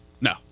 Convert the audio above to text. No